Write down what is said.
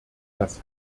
das